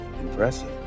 Impressive